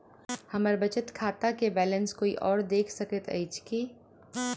हम्मर बचत खाता केँ बैलेंस कोय आओर देख सकैत अछि की